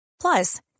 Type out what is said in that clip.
Plus